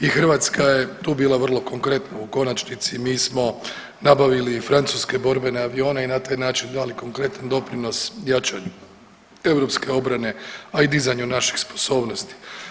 I Hrvatska je tu bila vrlo konkretno, u konačnici mi smo nabavili i francuske borbene avione i na taj način dali konkretni doprinos jačanju europske obrane, a i dizanju naših sposobnosti.